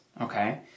okay